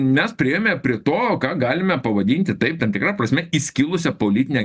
mes priėjome prie to ką galime pavadinti taip tam tikra prasme įskilusia politine